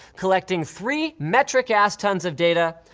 collecting three metric ass tons of data,